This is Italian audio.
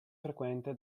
frequente